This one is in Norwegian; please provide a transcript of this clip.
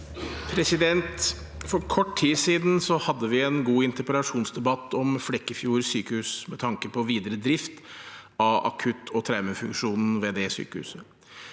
For kort tid siden hadde vi en god interpellasjonsdebatt om Flekkefjord sykehus, med tanke på videre drift av akutt- og traumefunksjonen ved det sykehuset.